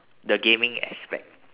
the gaming aspect